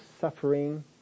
suffering